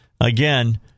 Again